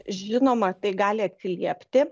žinoma tai gali atsiliepti